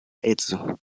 edzo